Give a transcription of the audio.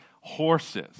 horses